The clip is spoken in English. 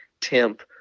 temp